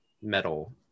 metal